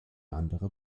andere